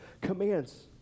commands